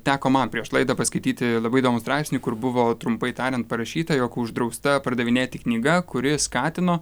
teko man prieš laidą paskaityti labai įdomų straipsnį kur buvo trumpai tariant parašyta jog uždrausta pardavinėti knyga kuri skatino